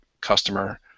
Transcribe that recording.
customer